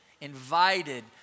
invited